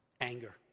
Anger